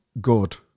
good